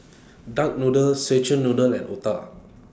Duck Noodle Szechuan Noodle and Otah